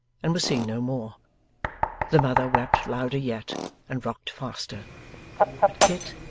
and was seen no more the mother wept louder yet and rocked faster but kit,